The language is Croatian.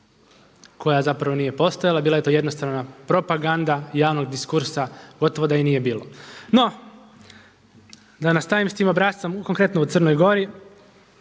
koja zapravo nije postojala, bila je to jednostavna propaganda javnog diskursa, gotovo da je nije ni bilo. No, da nastavim s tim obrascem konkretno u Crnoj Gori.